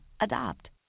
Adopt